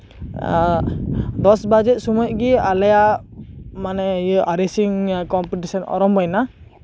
ᱫᱚᱥ ᱵᱟᱡᱮᱜ ᱥᱚᱢᱚᱭ ᱜᱮ ᱟᱞᱮᱭᱟᱜ ᱢᱟᱱᱮ ᱨᱮᱥᱤᱝ ᱠᱚᱢᱯᱤᱴᱤᱥᱮᱱ ᱟᱨᱟᱢᱵᱷᱚᱭᱮᱱᱟ